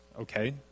Okay